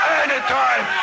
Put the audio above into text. anytime